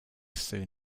soon